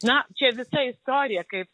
na čia visa istorija kaip